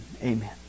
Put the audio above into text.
Amen